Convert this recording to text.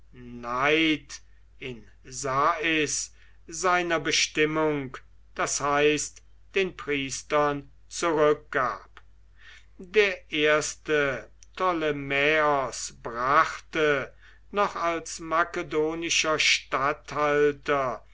neith in sais seiner bestimmung das heißt den priestern zurückgab der erste ptolemaeos brachte noch als makedonischer statthalter